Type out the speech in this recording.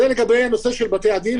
זה לגבי נושא של בתי-הדין.